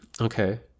Okay